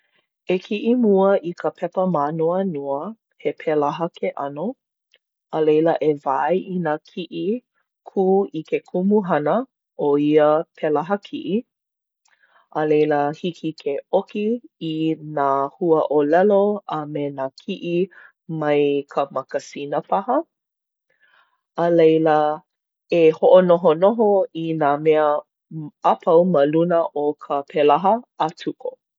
E kiʻi mua i ka pepa mānoanoa, he pelaha ke ʻano. A leila, e wae i nā kiʻi kū i ke kumuhana o ia pelaha kiʻi. A leila hiki ke ʻoki i nā huaʻōlelo a me nā kiʻi mai ka makasina paha. A leila e hoʻonohonoho i nā mea a pau ma luna o ka pelaha a tuko.